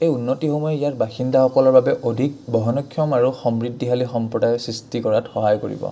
এই উন্নতিসমূহে ইয়াত বাসিন্দাসকলৰ বাবে অধিক বহনক্ষম আৰু সমৃদ্ধিশালী সম্প্ৰদায়ৰ সৃষ্টি কৰাত সহায় কৰিব